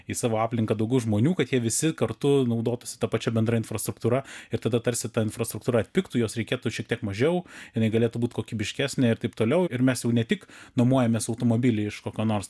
į savo aplinką daugiau žmonių kad jie visi kartu naudotųsi ta pačia bendra infrastruktūra ir tada tarsi ta infrastruktūra tiktų jos reikėtų šiek tiek mažiau jinai galėtų būt kokybiškesnė ir taip toliau ir mes jau ne tik nuomojamės automobilį iš kokio nors